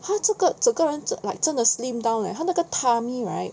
他这个整个人 like 真的 slim down leh 他那个 tummy right